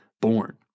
born